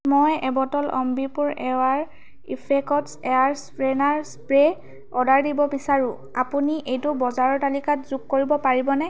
মই a bottle Ambi Pur air effects air freshener spray order দিব বিচাৰোঁ আপুনি এইটো বজাৰৰ তালিকাত যোগ কৰিব পাৰিবনে